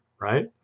right